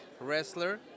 wrestler